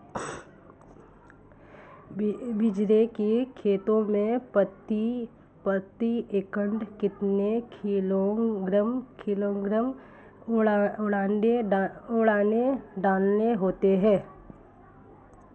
बाजरे की खेती में प्रति एकड़ कितने किलोग्राम यूरिया डालनी होती है?